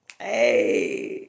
Hey